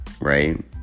right